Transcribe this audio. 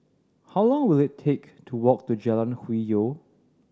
how long will it take to walk to Jalan Hwi Yoh